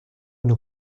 nous